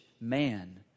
man